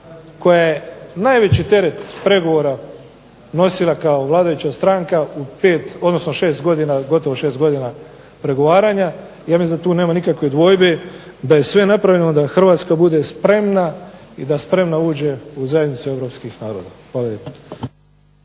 koja je najveći teret pregovora nosila kao vladajuća stranka u 6 godina gotovo 6 godina pregovaranja i ja mislim da tu nema nikakvih dvojbi da je sve napravljeno da Hrvatska bude spremna i da spremna uđe u zajednicu europskih naroda. Hvala lijepa.